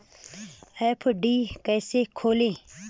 FD कैसे खोलें?